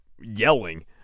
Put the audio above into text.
yelling